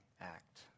act